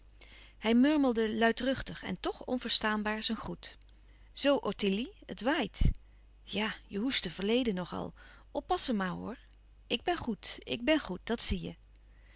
hij murmelde luidruchtig en toch onverstaanbaar zijn groet zoo ottilie het waait ja je hoestte verleden nog al oppassen maar hoor ik ben goed ik ben goed dat zie je